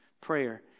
prayer